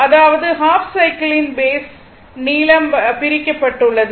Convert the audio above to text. அதாவது ஹாஃப் சைக்கிளின் பேஸ் நீளம் பிரிக்கப்பட்டுள்ளது